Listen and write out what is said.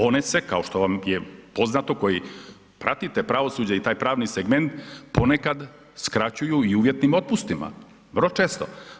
One se kao što vam je poznato koji pratite pravosuđe i taj pravni segment ponekad skraćuju i uvjetnim otpustima, vrlo često.